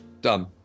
Done